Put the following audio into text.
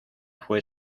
fue